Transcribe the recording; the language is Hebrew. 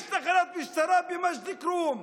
יש תחנת משטרה במג'ד אל-כרום.